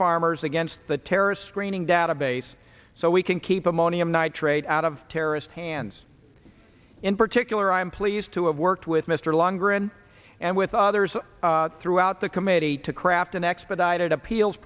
farmers against the terrorist screening database so we can keep ammonium nitrate out of terrorist hands in particular i'm pleased to have worked with mr longer in and with others throughout the committee to crap an expedited appeals